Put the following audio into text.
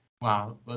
wow